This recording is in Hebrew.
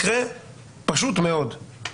מקרה פשוט מאוד.